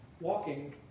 walking